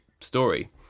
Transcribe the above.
story